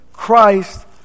Christ